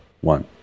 one